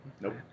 Nope